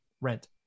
rent